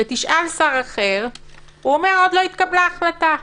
ותשאל שר אחר, הוא אומר: עוד לא התקבלה החלטה.